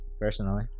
Personally